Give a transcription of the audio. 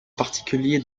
particulier